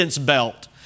belt